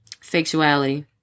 Sexuality